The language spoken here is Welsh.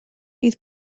fydd